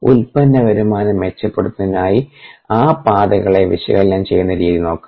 ഉൽപ്പന്ന വരുമാനം മെച്ചപ്പെടുത്തുന്നതിനായി ആ പാതകളെ വിശകലനം ചെയ്യുന്ന രീതി നോക്കാം